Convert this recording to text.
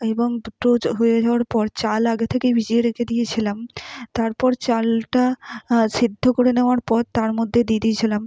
এবং দুটো হয়ে যাওয়ার পর চাল আগে থেকেই ভিজিয়ে রেখে দিয়েছিলাম তারপর চালটা সেদ্ধ করে নেওয়ার পর তার মধ্যে দিয়ে দিয়েছিলাম